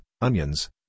onions